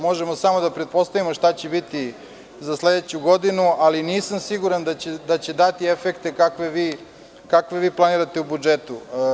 Možemo samo da pretpostavimo, šta će biti za sledeću godinu, ali nisam siguran da će dati efekte kakve vi planirate u budžetu.